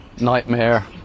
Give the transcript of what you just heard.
nightmare